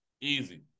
easy